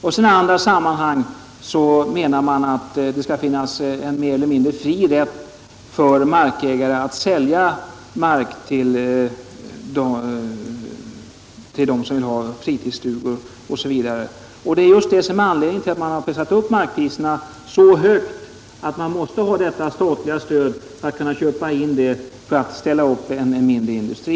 Men i andra sammanhang vill han att det skall finnas en mer eller mindre fri rätt för markägaren att sälja mark till människor som vill bygga fritidsstugor osv. Det är det som varit anledningen till att markpriserna har pressats upp så högt att man nu måste ha statligt stöd för att köpa den mark som behövs för att lokalisera en mindre industri.